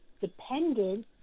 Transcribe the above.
dependent